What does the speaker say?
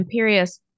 Imperius